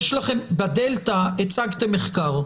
ב-דלתא הצגתם מחקרים,